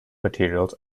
materials